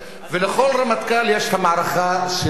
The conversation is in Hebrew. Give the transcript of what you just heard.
של ה"חמאס" ולכל רמטכ"ל יש המערכה שלו,